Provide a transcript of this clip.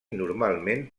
normalment